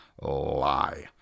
lie